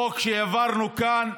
חוק שהעברנו כאן,